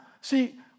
see